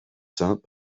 seins